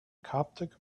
coptic